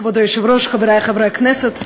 כבוד היושב-ראש, חברי חברי הכנסת,